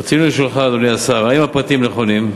רצוני לשאלך, אדוני השר: האם הפרטים נכונים?